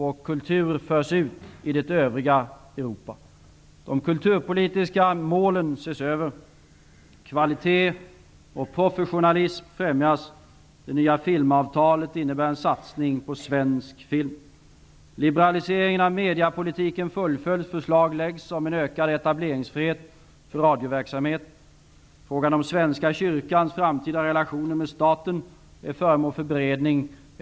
Vår kultur förs ut i det övriga De kulturpolitiska målen ses över. Kvalitet och professionalism främjas. Det nya filmavtalet innebär en satsning på svensk film. Frågan om Svenska kyrkans framtida relationer med staten är föremål för beredning.